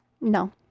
no